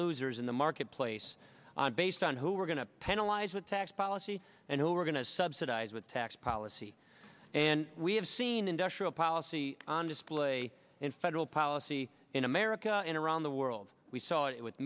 losers in the marketplace based on who we're going to penalize with tax policy and who we're going to subsidize with tax policy and we have seen industrial policy on display in federal policy in america and around the world we saw it with